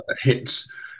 hits